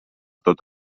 tot